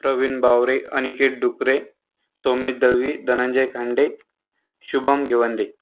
Pravin Baware Aniket Dukare Saumit Dalvi Dhananjay Khande Shubham Ghivande